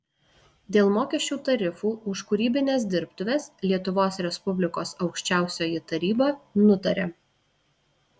dėl mokesčių tarifų už kūrybines dirbtuves lietuvos respublikos aukščiausioji taryba nutaria